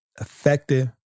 effective